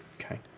Okay